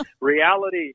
Reality